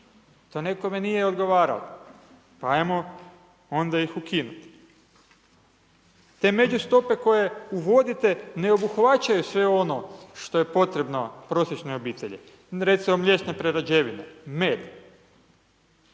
To nekome nije odgovaralo. Pa ajmo onda ih ukinut. Te međustope koje uvodite ne obuhvaćaju sve ono što je potrebno prosječnoj obitelji, recimo mliječne prerađevine, med,